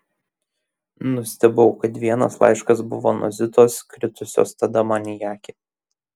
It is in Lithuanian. nustebau kad vienas laiškas buvo nuo zitos kritusios tada man į akį